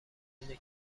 اینه